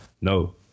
no